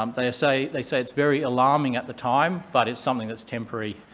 um they say they say it's very alarming at the time, but it's something that's temporary,